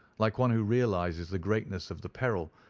like one who realizes the greatness of the peril,